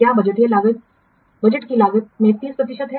क्या बजट की लागत में 30 प्रतिशत है